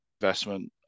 investment